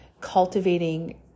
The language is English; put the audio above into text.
cultivating